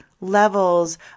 levels